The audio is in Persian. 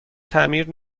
تعمیر